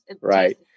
Right